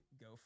go